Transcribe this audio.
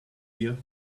here